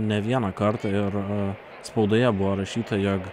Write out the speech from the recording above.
ne vieną kartą ir spaudoje buvo rašyta jog